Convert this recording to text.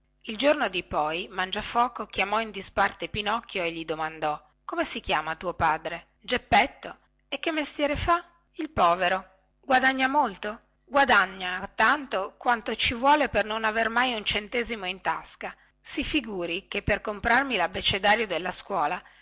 il giorno dipoi mangiafoco chiamò in disparte pinocchio e gli domandò come si chiama tuo padre geppetto e che mestiere fa il povero guadagna molto guadagna tanto quanto ci vuole per non aver mai un centesimo in tasca si figuri che per comprarmi labbecedario della scuola